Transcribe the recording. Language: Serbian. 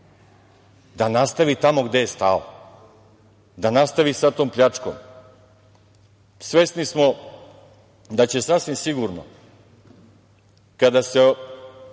da nastavi tamo gde je stao, da nastavi sa tom pljačkom. Svesni smo da će sasvim sigurno, kada se